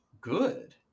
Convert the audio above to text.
Good